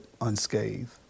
unscathed